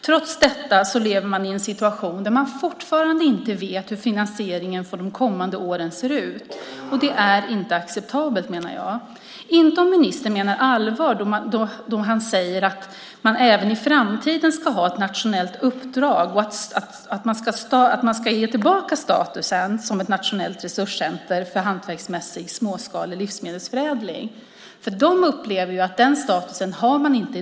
Trots detta lever Eldrimner i en situation där man fortfarande inte vet hur finansieringen för de kommande åren ser ut. Det är inte acceptabelt, menar jag - inte om ministern menar allvar då han säger att Eldrimner även i framtiden ska ha ett nationellt uppdrag och att man ska ges tillbaka statusen som nationellt resurscenter för hantverksmässig småskalig livsmedelsförädling. Eldrimner upplever inte att de har den statusen i dag.